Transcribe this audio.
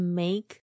make